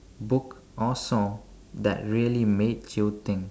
book or song that really made you think